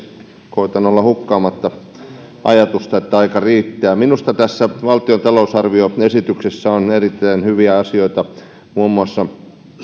koetan olla hukkaamatta ajatusta että aika riittää minusta tässä valtion talousarvioesityksessä on erittäin hyviä asioita muun muassa